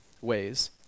ways